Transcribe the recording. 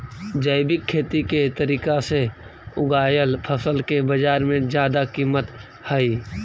जैविक खेती के तरीका से उगाएल फसल के बाजार में जादा कीमत हई